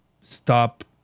stop